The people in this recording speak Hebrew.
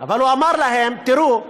אבל הוא אמר להם: תראו,